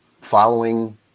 following